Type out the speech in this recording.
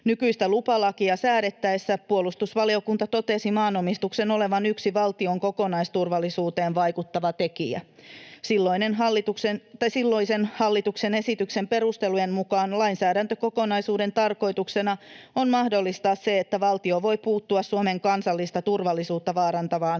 Nykyistä lupalakia säädettäessä puolustusvaliokunta totesi maanomistuksen olevan yksi valtion kokonaisturvallisuuteen vaikuttava tekijä. Silloisen hallituksen esityksen perustelujen mukaan lainsäädäntökokonaisuuden tarkoituksena on mahdollistaa se, että valtio voi puuttua Suomen kansallista turvallisuutta vaarantavaan